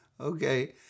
okay